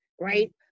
right